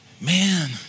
man